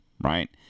right